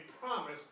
promise